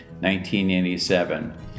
1987